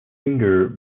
singer